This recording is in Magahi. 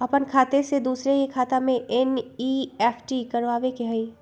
अपन खाते से दूसरा के खाता में एन.ई.एफ.टी करवावे के हई?